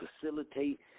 facilitate